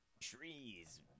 trees